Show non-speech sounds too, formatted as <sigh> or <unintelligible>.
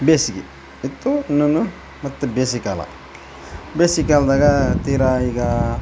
ಬೇಸ್ಗೆ ಇತ್ತು <unintelligible> ಮತ್ತೆ ಬೇಸ್ಗೆ ಕಾಲ ಬೇಸಿಗೆ ಕಾಲದಾಗೆ ತೀರ ಈಗ